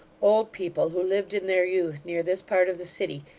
old people who lived in their youth near this part of the city,